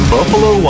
Buffalo